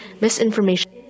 misinformation